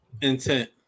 Intent